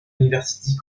university